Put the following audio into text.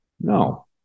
No